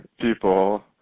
people